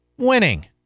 winning